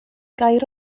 gair